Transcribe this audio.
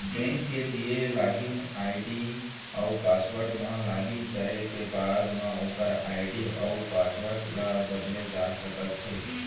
bank के दिए login ID अउ पासवर्ड म लॉगिन करे के बाद म ओकर आईडी अउ पासवर्ड ल बदले जा सकते हे